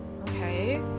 Okay